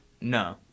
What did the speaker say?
No